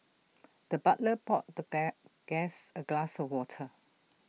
the butler poured the guest A glass of water